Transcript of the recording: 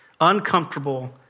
uncomfortable